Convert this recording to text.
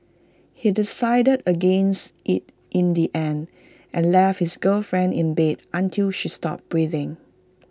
he decided against IT in the end and left his girlfriend in bed until she stopped breathing